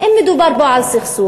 אם מדובר פה על סכסוך,